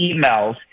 emails